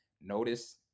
notice